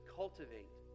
cultivate